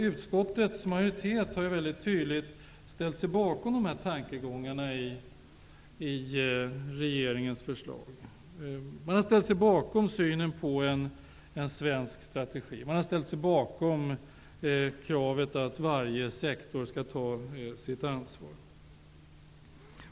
Utskottsmajoriteten har väldigt tydligt ställt sig bakom tankegångarna i regeringsförslaget. Man har ställt sig bakom den svenska strategin, bakom kravet att varje sektor skall ta sitt ansvar.